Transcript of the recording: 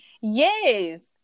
Yes